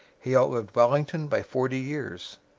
he outlived wellington by forty years.